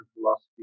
Philosophy